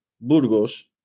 Burgos